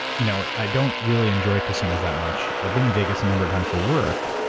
you know, i don't really enjoy casinos that much. i've been in vegas a number of times for work,